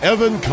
Evan